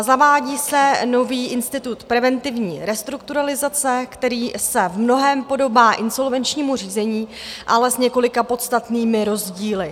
Zavádí se nový institut preventivní restrukturalizace, který se v mnohém podobá insolvenčnímu řízení, ale několika podstatnými rozdíly.